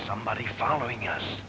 somebody following u